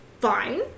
fine